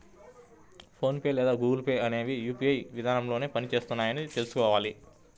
phone pay లేదా Google Pay అనేవి కూడా యూ.పీ.ఐ విధానంలోనే పని చేస్తున్నాయని తెల్సుకోవాలి